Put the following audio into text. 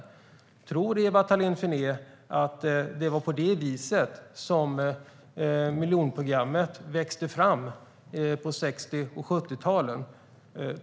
Tror Ewa Thalén Finné att det var på det viset som miljonprogrammet växte fram på 60 och 70-talen?